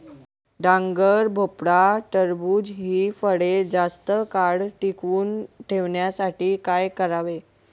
डांगर, भोपळा, टरबूज हि फळे जास्त काळ टिकवून ठेवण्यासाठी काय करावे?